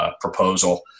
proposal